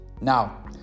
now